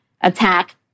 attack